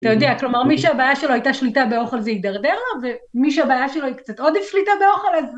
אתה יודע, כלומר מי שהבעיה שלו הייתה שליטה באוכל זה ידרדר לו, ומי שהבעיה שלו הייתה קצת עוד שליטה באוכל אז...